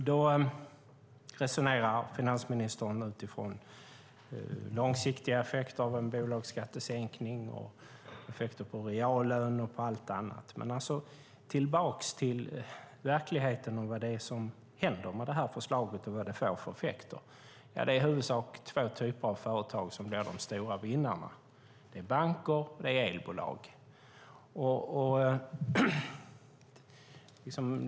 Finansministern resonerar utifrån långsiktiga effekter av en bolagsskattesänkning, effekter på reallön och på allt annat. Men låt oss gå tillbaka till verkligheten, vad det är som händer med förslaget och vad det får för effekter. Det är i huvudsak två typer av företag som blir de stora vinnarna. Det är banker och det är elbolag.